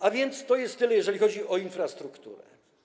A więc to tyle, jeżeli chodzi o infrastrukturę.